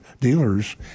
dealers